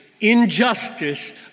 injustice